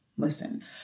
Listen